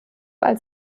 als